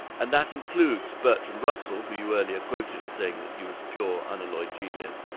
and that includes bertrand russell, who you earlier quoted in saying that he was pure, unalloyed genius',